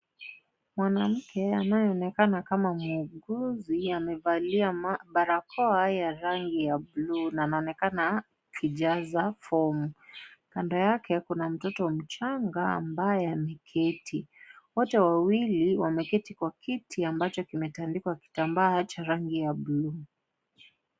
Mwanamke anayeonekana kama muuguzi amevalia barakoa ya rangi ya blu na anaonekana akijaza fomu . Kando yake kuna mtoto mchanga ambaye ameketi . Wote wawili wameketi kwa kiti ambacho kimetandikwa kitambaa cha rangi ya blu.